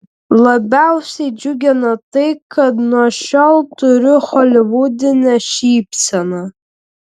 labiausiai džiugina tai kad nuo šiol turiu holivudinę šypseną